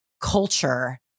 culture